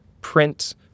print